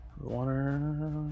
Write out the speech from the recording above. water